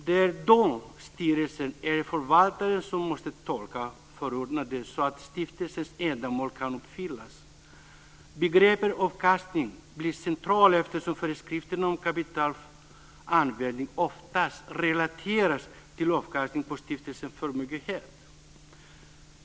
Det är då styrelsen eller förvaltaren som måste tolka förordnandet så att stiftelsens ändamål kan uppfyllas. Begreppet avkastning blir centralt, eftersom föreskrifterna om kapitalanvändning oftast relateras till avkastningen på stiftelsens förmögenhet.